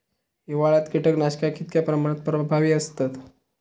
हिवाळ्यात कीटकनाशका कीतक्या प्रमाणात प्रभावी असतत?